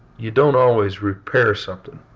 you don't always repair something.